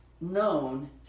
known